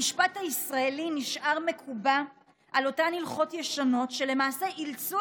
המשפט הישראלי נשאר מקובע על אותן הלכות ישנות שלמעשה אילצו